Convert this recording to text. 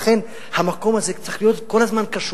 לכן המקום הזה צריך להיות כל הזמן קשוב,